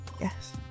Yes